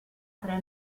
tre